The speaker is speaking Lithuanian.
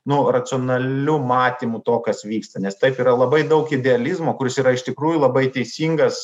nu racionaliu matymu to kas vyksta nes taip yra labai daug idealizmo kuris yra iš tikrųjų labai teisingas